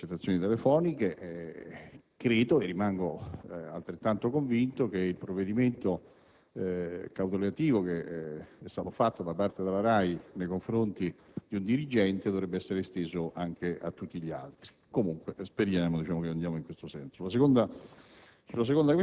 con le intercettazioni telefoniche. Rimango altrettanto convinto che il provvedimento cautelativo emanato da parte della RAI nei confronti di un dirigente dovrebbe essere esteso anche a tutti gli altri; comunque, speriamo di andare in questo senso.